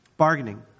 bargaining